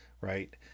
right